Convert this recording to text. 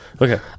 Okay